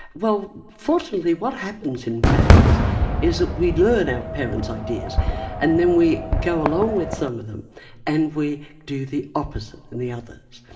well fortunately what happens in families is that we learn our parents' ideas and then we go along with some of them and we do the opposite in the others.